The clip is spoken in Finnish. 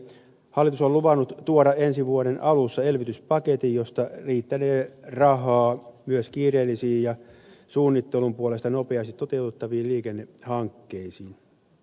hallitus on luvannut tuoda ensi vuoden alussa elvytyspaketin josta riittänee rahaa myös kiireellisiin ja suunnittelun puolesta nopeasti toteutettaviin liikennehankkeisiin